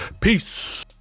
peace